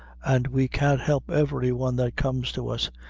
and we can't help every one that comes to us.